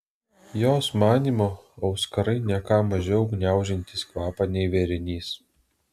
jos manymu auskarai ne ką mažiau gniaužiantys kvapą nei vėrinys